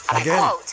again